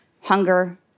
hunger